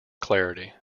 clarity